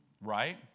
Right